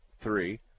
three